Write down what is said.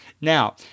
Now